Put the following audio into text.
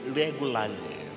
regularly